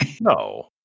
No